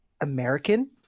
American